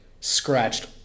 scratched